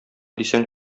дисәң